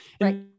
Right